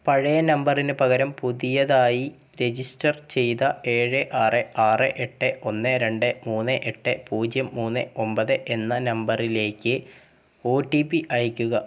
പഴയ നമ്പറിന് പകരം പുതിയതായി രജിസ്റ്റർ ചെയ്ത ഏഴ് ആറ് ആറ് എട്ട് ഒന്ന് രണ്ട് മൂന്ന് എട്ട് പൂജ്യം മൂന്ന് ഒമ്പത് എന്ന നമ്പറിലേക്ക് ഒ ടി പി അയയ്ക്കുക